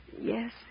Yes